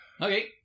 Okay